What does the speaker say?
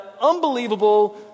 unbelievable